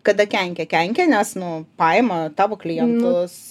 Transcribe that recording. kada kenkia kenkia nes nu paima tavo klientus